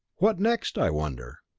what next, i wonder?